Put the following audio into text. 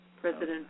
President